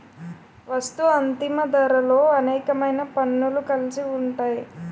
వస్తూ అంతిమ ధరలో అనేకమైన పన్నులు కలిసి ఉంటాయి